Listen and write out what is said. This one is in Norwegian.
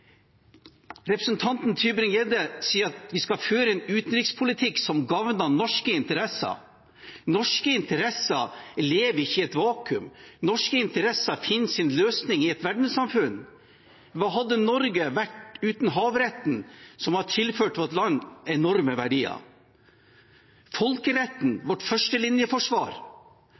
Representanten Tybring-Gjedde sier at vi skal føre en utenrikspolitikk som gagner norske interesser. Norske interesser lever ikke i et vakuum, norske interesser finner sin løsning i et verdenssamfunn. Hva hadde Norge vært uten havretten, som har tilført vårt land enorme verdier? Og folkeretten – vårt